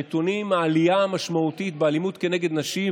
העלייה המשמעותית באלימות כנגד נשים,